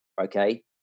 okay